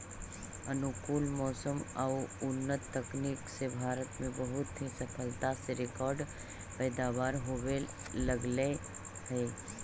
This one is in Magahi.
अनुकूल मौसम आउ उन्नत तकनीक से भारत में बहुत ही सफलता से रिकार्ड पैदावार होवे लगले हइ